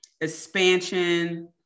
expansion